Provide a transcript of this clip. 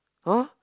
!huh!